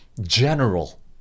general